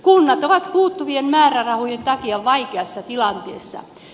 kunnat ovat puuttuvien määrärahojen takia vaikeassa tilanteessa